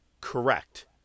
Correct